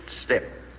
step